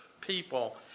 people